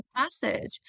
message